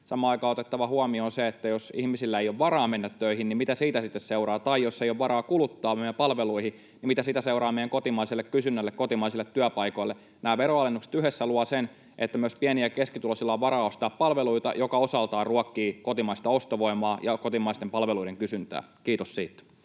Samaan aikaan on otettava huomioon se, että jos ihmisillä ei ole varaa mennä töihin, niin mitä siitä sitten seuraa, tai jos ei ole varaa kuluttaa meidän palveluihin, niin mitä siitä seuraa meidän kotimaiselle kysynnälle, kotimaisille työpaikoille. Nämä veronalennukset yhdessä luovat sen, että myös pieni- ja keskituloisilla on varaa ostaa palveluita, mikä osaltaan ruokkii kotimaista ostovoimaa ja kotimaisten palveluiden kysyntää. — Kiitos siitä.